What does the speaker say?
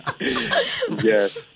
Yes